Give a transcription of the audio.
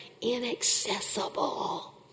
Inaccessible